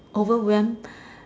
overwhelmed